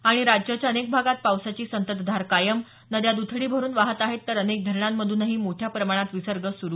आणि स राज्याच्या अनेक भागात पावसाची संततधार कायम नद्या दथडी भरुन वाहत आहेत तर अनेक धरणांमधूनही मोठ्या प्रमाणात विसर्ग सुरु